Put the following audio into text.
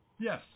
Yes